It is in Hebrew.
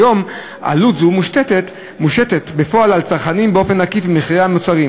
כיום עלות זו מושתת בפועל על הצרכנים באופן עקיף במחירי המוצרים.